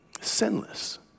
sinless